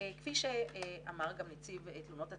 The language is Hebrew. כפי שאמר גם נציב תלונות הציבור,